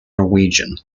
norwegian